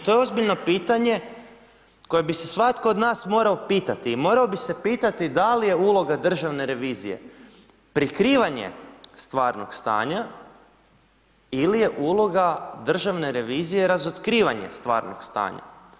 To je ozbiljno pitanje koje bi se svatko od nas morao pitati i morao bi se pitati da li je uloga državne revizije prikrivanje stvarnog stanja ili je uloga državne revizije razotkrivanje stvarnog stanja?